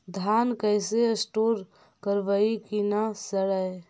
धान कैसे स्टोर करवई कि न सड़ै?